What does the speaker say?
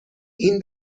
این